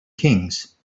kings